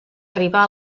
arribar